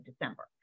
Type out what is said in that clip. December